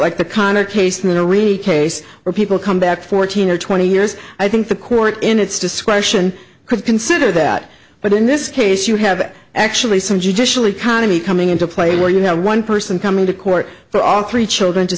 like the connor case in a really case where people come back fourteen or twenty years i think the court in its discretion could consider that but in this case you have actually some judicially khana me coming into play where you know one person coming to court for all three children to